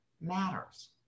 matters